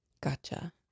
Gotcha